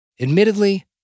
Admittedly